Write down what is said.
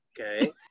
Okay